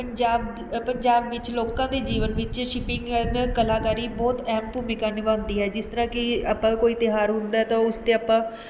ਪੰਜਾਬ ਪੰਜਾਬ ਵਿੱਚ ਲੋਕਾਂ ਦੇ ਜੀਵਨ ਵਿੱਚ ਕਲਾਕਾਰੀ ਬਹੁਤ ਅਹਿਮ ਭੂਮਿਕਾ ਨਿਭਾਉਂਦੀ ਹੈ ਜਿਸ ਤਰ੍ਹਾਂ ਕਿ ਆਪਾਂ ਕੋਈ ਤਿਉਹਾਰ ਹੁੰਦਾ ਹੈ ਤਾਂ ਉਸ 'ਤੇ ਆਪਾਂ